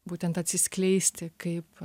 būtent atsiskleisti kaip